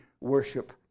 worship